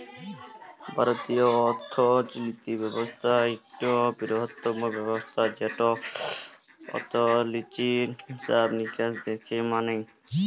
ভারতীয় অথ্থলিতি ব্যবস্থা ইকট বিরহত্তম ব্যবস্থা যেটতে অথ্থলিতির হিছাব লিকাস দ্যাখা ম্যালে